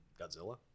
Godzilla